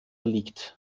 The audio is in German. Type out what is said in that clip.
liegt